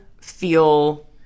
feel